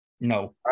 No